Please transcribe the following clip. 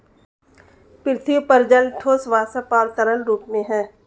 पृथ्वी पर जल ठोस, वाष्प और तरल रूप में है